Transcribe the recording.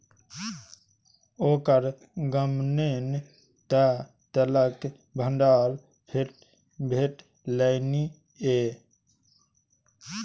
ओकर गाममे तँ तेलक भंडार भेटलनि ये